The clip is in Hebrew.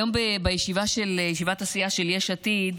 היום, בישיבת הסיעה של יש עתיד,